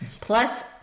plus